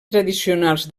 tradicionals